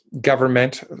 government